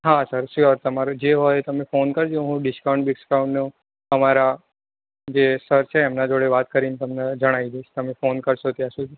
હા sir sure તમારે જે હોય એ તમે ફોન કરજો હું ડીસ્કાઉન્ટ બીસ્કાઉન્ટનું અમારા જે સર છે એમના જોડે વાત કરીને તમને જણાવી દઈશ તમે ફોન કરશો ત્યાં સુધી